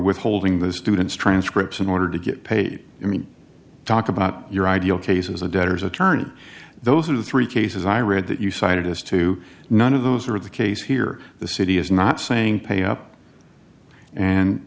withholding the student's transcripts in order to get paid i mean talk about your ideal case as a debtors attorney those are the three cases i read that you cited as to none of those are the case here the city is not saying pay up and